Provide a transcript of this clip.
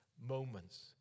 moments